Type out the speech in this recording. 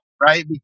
right